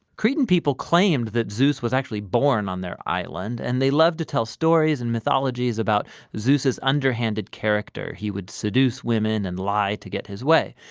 cretan people claimed that zeus was actually born on their island. and they loved to tell stories and mythologies about zeus' underhanded character. he would seduce women and lie to get his way.